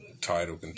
title